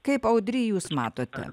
kaip audry jūs matote